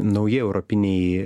nauji europiniai